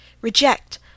reject